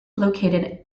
located